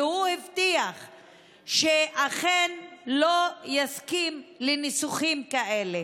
והוא הבטיח שאכן לא יסכים לניסוחים כאלה.